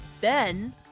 Ben